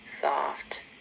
soft